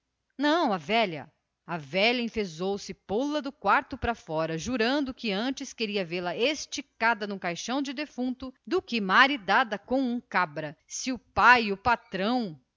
não a velha a velha enfezou se e pô-la do quarto pra fora jurando que antes queria vê-la estirada debaixo da terra do que casada com um cabra e que se o patrão